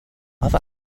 other